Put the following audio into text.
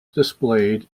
displayed